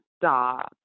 stop